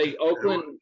Oakland –